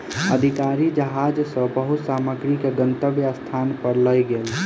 अधिकारी जहाज सॅ बहुत सामग्री के गंतव्य स्थान पर लअ गेल